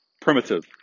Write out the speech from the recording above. primitive